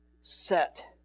set